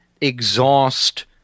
exhaust